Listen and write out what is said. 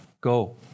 go